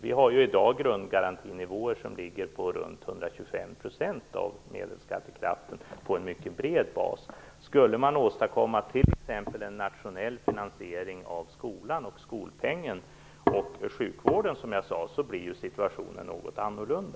Vi har i dag grundgarantinivåer som ligger på ca 125 % av medelskattekraften, dvs. en mycket bred bas. Skulle man åstadkomma t.ex. en nationell finansiering av skolan, skolpengen och sjukvården blir situationen något annorlunda.